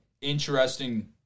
interesting